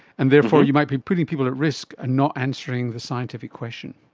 and therefore you might be putting people at risk and not answering the scientific question.